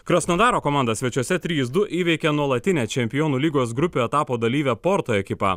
krasnodaro komanda svečiuose trys du įveikė nuolatinę čempionų lygos grupių etapo dalyvę porto ekipą